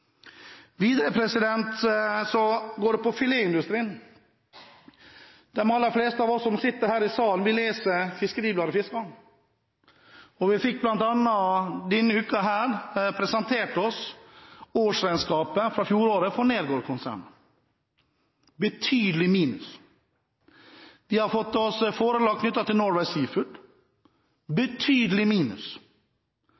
Videre, når det gjelder filetindustrien: De aller fleste av oss som sitter her i salen, leser Fiskeribladet Fiskaren. Denne uken har vi bl.a. fått presentert årsregnskapet fra fjoråret for Nergård-konsernet – betydelig minus. Vi har fått oss forelagt regnskapet knyttet til Norway